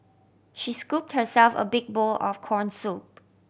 she scooped herself a big bowl of corn soup